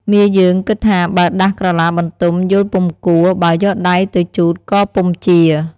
មាយើងគិតថាបើដាស់ក្រឡាបន្ទំយល់ពុំគួរ បើយកដៃទៅជូតក៏ពុំជា។